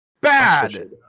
bad